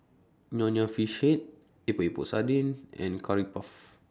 Nonya Fish Head Epok Epok Sardin and Curry Puff